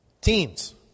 Teams